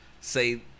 Say